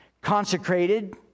Consecrated